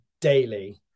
daily